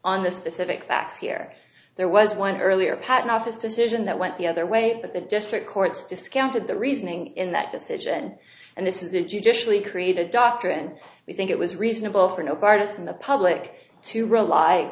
on the specific facts here there was one earlier patent office decision that went the other way but the district courts discounted the reasoning in that decision and this is a judicially created doctrine we think it was reasonable for no partisan the public to rely